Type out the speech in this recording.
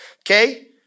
okay